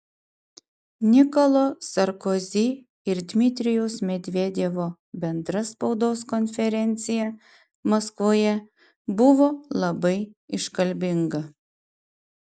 nikolo sarkozy ir dmitrijaus medvedevo bendra spaudos konferencija maskvoje buvo labai iškalbinga